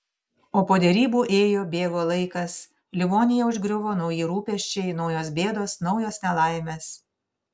o po derybų ėjo bėgo laikas livoniją užgriuvo nauji rūpesčiai naujos bėdos naujos nelaimės